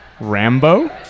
Rambo